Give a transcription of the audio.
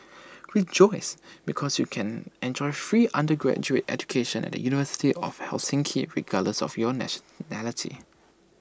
rejoice because you can enjoy free undergraduate education at the university of Helsinki regardless of your nationality